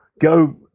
go